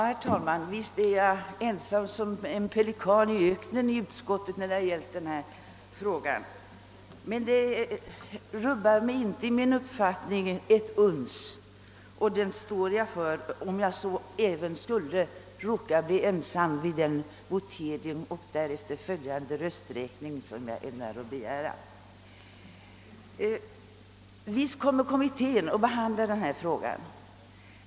Herr talman! Visst är jag i utskottet ensam som en pelikan i öknen i denna fråga. Men det rubbar mig inte ett uns i min uppfattning; jag står för den uppfattningen, även om jag skulle råka bli ensam vid den rösträkning som jag ämnar begära vid voteringen. Visst kommer kommittén att behandla denna fråga.